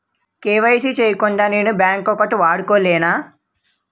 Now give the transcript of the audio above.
KYC చేయకుండా నేను bank account వాడుకొలేన?